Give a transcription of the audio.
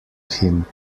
him